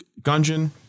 Gungeon